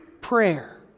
prayer